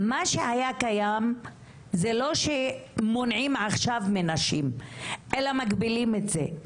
מה שהיה קיים זה לא שמונעים עכשיו מנשים אלא מגבילים את זה.